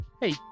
Hey